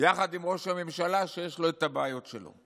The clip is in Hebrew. יחד עם ראש הממשלה, שיש לו את הבעיות שלו.